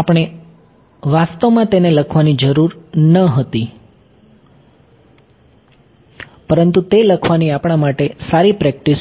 આપણે વાસ્તવમાં તેને લખવાની જરૂર ન હતી પરંતુ તે લખવાની આપણાં માટે સારી પ્રેક્ટિસ છે